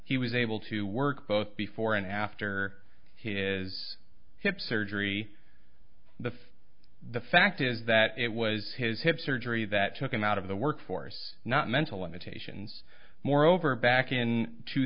he was able to work both before and after his hip surgery the the fact is that it was his hip surgery that took him out of the workforce not mental limitations moreover back in two